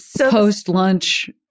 post-lunch-